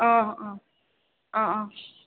অঁ অঁ অঁ অঁ